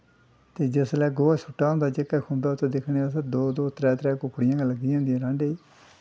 ते जिसलै गोहा सु'ट्टे दा होंदा जेह्कै खुम्बै उत्त दिक्खने अस दो दो त्रै त्रै कुकड़ियां गै लग्गी दियां होंदियां टांह्डें गी